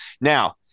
Now